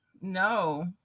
No